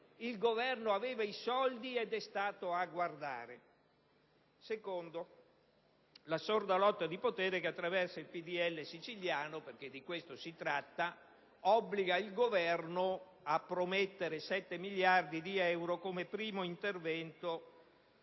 Il Governo aveva i soldi ed è rimasto a guardare. In secondo luogo, la sorda lotta di potere che attraversa il PdL siciliano (perché di questo si tratta) obbliga il Governo a promettere 7 miliardi di euro come prima *tranche*